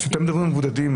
אז אתם מדברים על המבודדים,